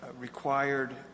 required